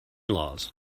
laws